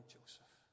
Joseph